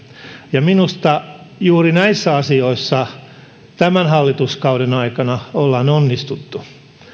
ja minusta juuri näissä asioissa tämän hallituskauden aikana ollaan onnistuttu